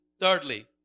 Thirdly